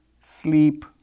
sleep